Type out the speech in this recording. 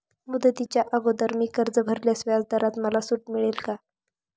मुदतीच्या अगोदर मी कर्ज भरल्यास व्याजदरात मला सूट मिळेल का?